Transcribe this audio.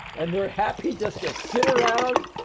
and they're happy just to sit around,